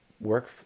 work